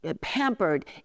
pampered